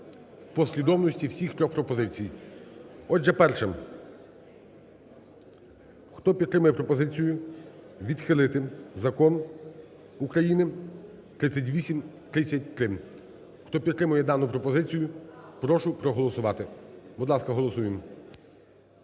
в послідовності всіх трьох пропозицій. Отже, перше, хто підтримує пропозицію відхилити закон України 3833? Хто підтримує дану пропозицію, прошу проголосувати. Будь ласка, голосуємо.